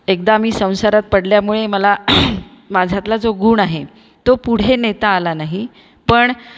एकदा मी संसारात पडल्यामुळे मला माझ्यातला जो गुण आहे तो पुढे नेता आला नाही पण